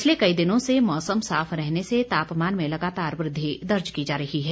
पिछले कई दिनों से मौसम साफ रहने से तापमान में लगातार वृद्धि दर्ज की जा रही है